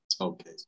Okay